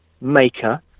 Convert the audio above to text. maker